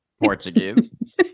portuguese